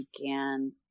began